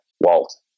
Walt